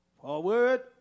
Forward